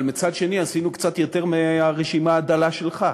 אבל מצד שני עשינו קצת יותר מהרשימה הדלה שלך.